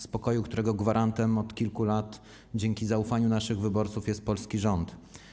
Spokoju, którego gwarantem od kilku lat dzięki zaufaniu naszych wyborców jest polski rząd.